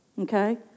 Okay